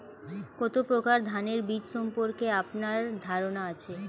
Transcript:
কত প্রকার ধানের বীজ সম্পর্কে আপনার ধারণা আছে?